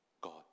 God